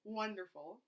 wonderful